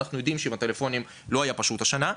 אנחנו יודעים שעם הטלפונים לא היה פשוט השנה,